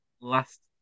last